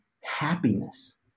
happiness